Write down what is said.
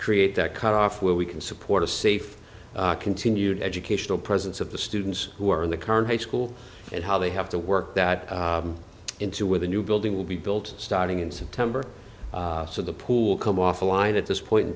create that cut off where we can support a safe continued educational presence of the students who are in the current high school and how they have to work that into with the new building will be built starting in september so the pool come off the line at this point in